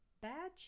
Bad